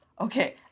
Okay